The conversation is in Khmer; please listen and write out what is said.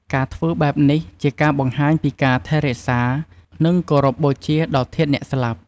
ការធ្វើបែបនេះ ជាការបង្ហាញពីការថែរក្សា និងគោរពបូជាដល់ធាតុអ្នកស្លាប់។